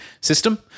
system